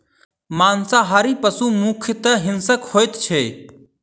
मांसाहारी पशु मुख्यतः हिंसक होइत छै